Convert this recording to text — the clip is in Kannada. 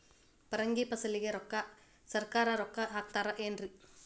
ಪರಂಗಿ ಫಸಲಿಗೆ ಸರಕಾರ ರೊಕ್ಕ ಹಾಕತಾರ ಏನ್ರಿ?